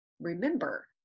Remember